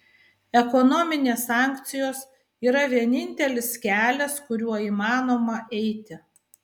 ekonominės sankcijos yra vienintelis kelias kuriuo įmanoma eiti